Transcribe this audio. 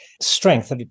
strength